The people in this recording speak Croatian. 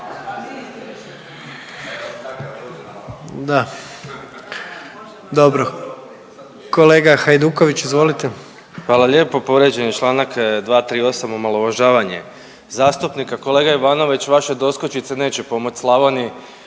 Hvala lijepo. Povrijeđen je čl. 238. omalovažavanje zastupnike. Kolega Ivanović vaše doskočice neće pomoći Slavoniji